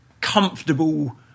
comfortable